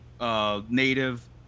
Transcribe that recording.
native